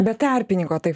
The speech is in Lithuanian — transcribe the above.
be tarpininko taip